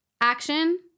action